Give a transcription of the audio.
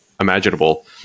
imaginable